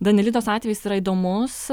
danielitos atvejis yra įdomus